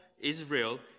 Israel